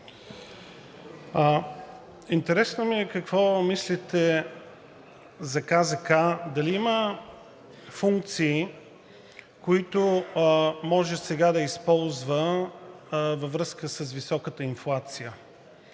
интересно ми е какво мислите за КЗК – дали има функции, които може сега да използва във връзка с високата инфлация?